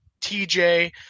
TJ